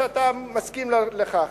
שאתה מסכים לכך.